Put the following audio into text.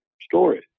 story